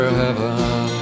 heaven